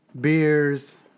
beers